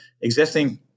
existing